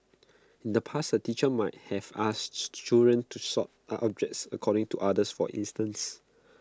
in the past A teacher might have asked children to sort are objects according to others for instance